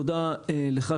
תודה לך,